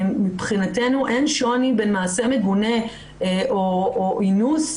מבחינתנו אין שוני בין מעשה מגונה או אינוס,